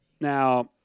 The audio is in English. Now